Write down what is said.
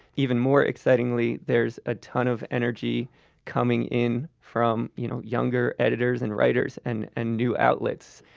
even more excitingly, there's a ton of energy coming in from you know younger editors and writers and and new outlets.